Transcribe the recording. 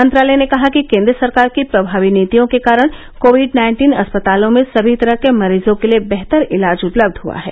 मंत्रालय ने कहा कि केन्द्र सरकार की प्रभावी नीतियों के कारण कोविड नाइन्टीन अस्पतालों में सभी तरह के मरीजों के लिए बेहतर इलाज उपलब्ध हुआ है